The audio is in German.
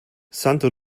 santo